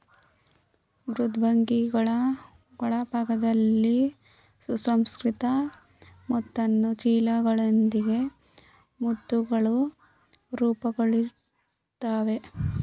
ಮೃದ್ವಂಗಿಗಳ ಒಳಭಾಗದಲ್ಲಿ ಸುಸಂಸ್ಕೃತ ಮುತ್ತಿನ ಚೀಲದೊಳಗೆ ಮುತ್ತುಗಳು ರೂಪುಗೊಳ್ತವೆ